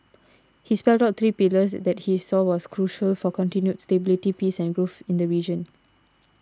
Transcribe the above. he spelt out three pillars that he saw as crucial for continued stability peace and growth in the region